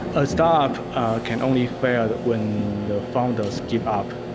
a startup can only fail when the founders give up.